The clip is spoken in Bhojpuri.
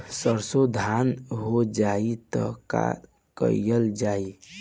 सरसो धन हो जाई त का कयील जाई?